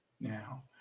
now